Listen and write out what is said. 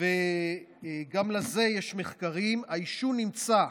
וגם לזה יש מחקרים, נמצא,